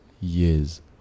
years